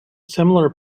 similar